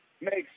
makes